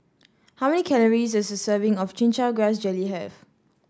how many calories does a serving of Chin Chow Grass Jelly have